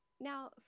Now